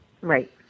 Right